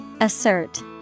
Assert